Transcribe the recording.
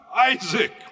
Isaac